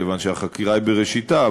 כיוון שהחקירה היא בראשיתה,